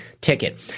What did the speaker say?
ticket